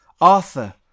Arthur